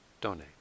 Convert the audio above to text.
donate